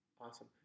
Awesome